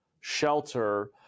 shelter